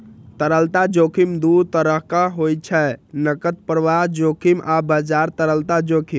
तरलता जोखिम दू तरहक होइ छै, नकद प्रवाह जोखिम आ बाजार तरलता जोखिम